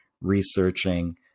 researching